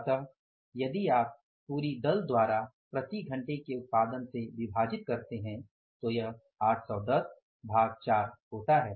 अतः यदि आप पूरी दल द्वारा प्रति घंटे के उत्पादन से विभाजित करते है तो यह 810 भाग 4 होता है